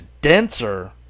denser